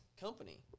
company